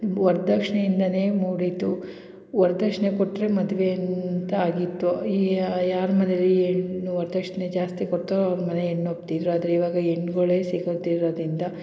ಮ್ ವರ್ದಕ್ಷ್ಣೆಯಿಂದಲೇ ಮೂಡಿತು ವರದಕ್ಷ್ಣೆ ಕೊಟ್ಟರೆ ಮದ್ವೆಯಂತ ಆಗಿತ್ತು ಈ ಯಾರ ಮನೇಲ್ಲಿ ಹೆಣ್ಣು ವರದಕ್ಷ್ಣೆ ಜಾಸ್ತಿ ಕೊಡ್ತಾರೋ ಅವ್ರ ಮನೆ ಹೆಣ್ ಒಪ್ತಿದ್ದರು ಆದರೆ ಇವಾಗ ಹೆಣ್ಗುಳೆ ಸಿಗೋದಿರೋದ್ರಿಂದ